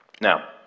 Now